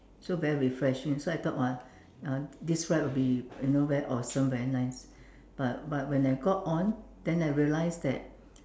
so very refreshing so I thought that !wah! uh this ride will be you know very awesome very nice but but when I got on then I realised that